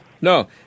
no